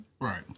Right